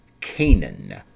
Canaan